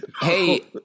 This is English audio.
Hey